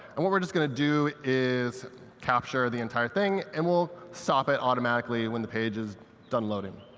and what we're just going to do is capture the entire thing, and we'll stop it automatically when the page is done loading.